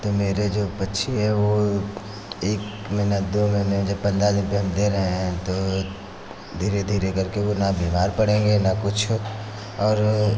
तो मेरे जो पक्षी हैं वो एक महीना दो महीने जब पन्द्रह दिन पे हम दे रहे हैं तो धीरे धीरे करके वो ना बीमार पड़ेंगे ना कुछ और